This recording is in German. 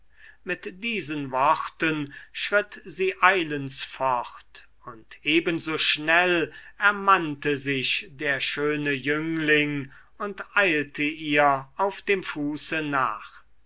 mit diesen worten schritt sie eilends fort und ebensoschnell ermannte sich der schöne jüngling und eilte ihr auf dem fuße nach